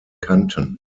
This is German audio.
kanten